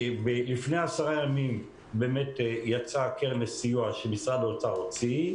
לפני עשרה ימים יצאה קרן לסיוע שמשרד האוצר הוציא.